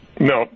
No